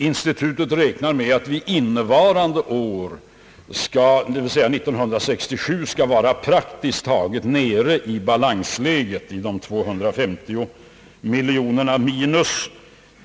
Institutet räknar med att vi innevarande år skall vara praktiskt taget tillbaka i balansläget, i ett minus på 250 miljoner kronor.